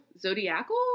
zodiacal